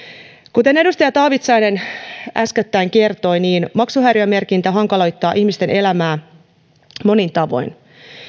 kuten edustaja taavitsainen äskettäin kertoi niin maksuhäiriömerkintä hankaloittaa ihmisten elämää monin tavoin